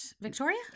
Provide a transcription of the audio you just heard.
Victoria